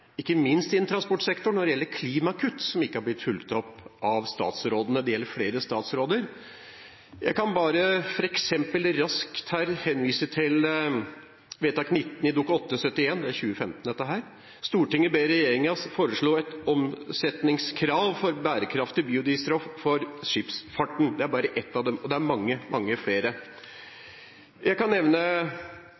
ikke minst innen transportsektoren, når det gjelder klimakutt, som ikke har blitt fulgt opp av statsrådene, for det gjelder flere statsråder. Jeg kan f.eks. bare raskt henvise til vedtak 19 i forbindelse med behandlingen av Dokument 8:71 S for 2015–2016: «Stortinget ber regjeringen foreslå et omsetningskrav for bruk av bærekraftig biodrivstoff i drivstoffet for skipsfarten.» Dette er bare ett av dem, det er mange, mange flere.